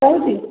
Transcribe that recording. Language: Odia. ରହୁଛି